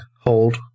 hold